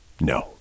No